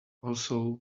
also